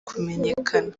kumenyekana